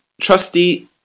trusty